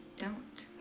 don't.